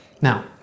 Now